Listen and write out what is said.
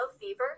fever